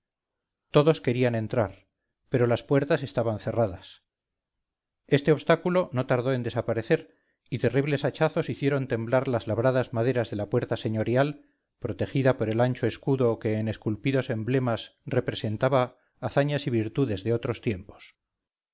todos querían entrar pero las puertas estaban cerradas este obstáculo no tardó en desaparecer y terribles hachazos hicieron temblar las labradas maderas de la puerta señorial protegida por el ancho escudo que en esculpidos emblemas representaba hazañas y virtudes de otros tiempos